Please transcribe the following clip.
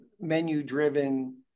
menu-driven